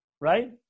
right